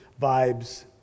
vibes